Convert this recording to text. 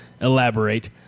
elaborate